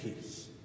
peace